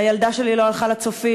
הילדה שלי לא הלכה ל"צופים".